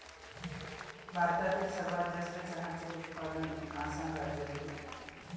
भारतातील सर्वात जास्त चहाचे उत्पादन आसाम राज्यात होते